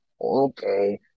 okay